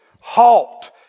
halt